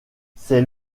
c’est